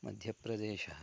मध्यप्रदेशः